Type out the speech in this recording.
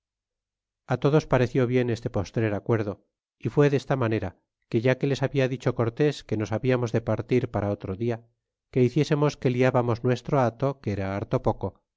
á todos pareció bien este postrer acuerdo y fué desta manera que ya que les habia dicho cortés que nos hablarnos de partir para otro dia que hiciésemos que liábamos nuestro hato que era harto